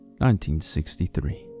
1963